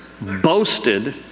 boasted